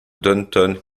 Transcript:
downtown